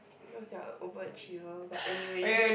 cause you're a over achiever but anyways